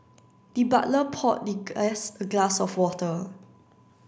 the butler poured the guest a glass of water